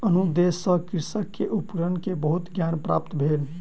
अनुदेश सॅ कृषक के उपकरण के बहुत ज्ञान प्राप्त भेल